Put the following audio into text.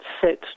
set